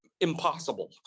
impossible